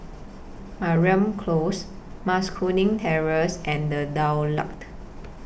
Mariam Close Mas Kuning Terrace and The Daulat